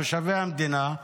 תושבי המדינה,